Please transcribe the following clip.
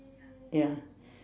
ya